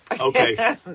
Okay